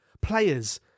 players